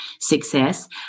success